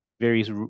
various